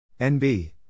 NB